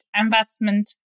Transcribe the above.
investment